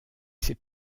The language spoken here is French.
ses